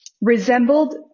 resembled